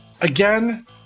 again